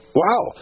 wow